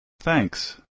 Thanks